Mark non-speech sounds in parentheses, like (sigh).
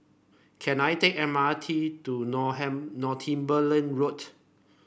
can I take M R T to (unintelligible) Northumberland Road